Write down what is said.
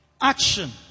action